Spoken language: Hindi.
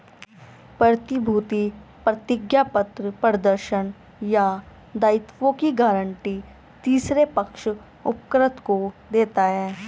प्रतिभूति प्रतिज्ञापत्र प्रदर्शन या दायित्वों की गारंटी तीसरे पक्ष उपकृत को देता है